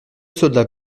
soldat